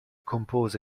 compose